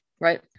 right